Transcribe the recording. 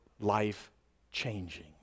life-changing